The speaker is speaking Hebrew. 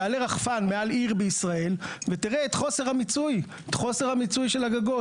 תעלה רחפן מעל עיר בישראל ותראה את חוסר המיצוי של הגגות,